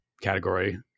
category